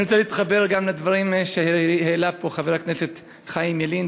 אני רוצה להתחבר לדברים שהעלה פה חבר הכנסת חיים ילין,